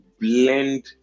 blend